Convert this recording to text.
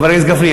חבר הכנסת גפני,